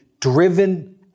driven